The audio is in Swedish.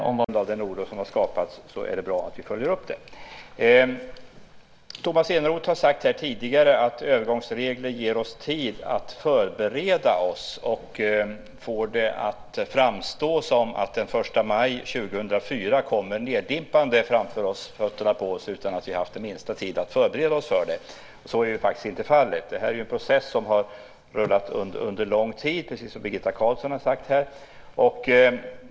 Fru talman! Vi ser inte den situationen framför oss, men på grund av den oro som har skapats är det bra att vi följer upp detta. Tomas Eneroth har sagt här tidigare att övergångsregler ger oss tid att förbereda oss. Han får det att framstå som att den 1 maj 2004 kommer neddimpande framför fötterna på oss utan att vi haft minsta tid att förbereda oss för det. Så är faktiskt inte fallet. Det här är en process som har rullat under lång tid, precis som Birgitta Carlsson har sagt här.